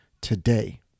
today